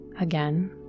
again